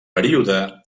període